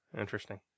Interesting